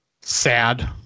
Sad